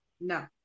No